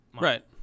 right